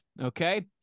okay